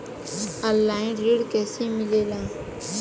Online ऋण कैसे मिले ला?